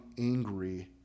angry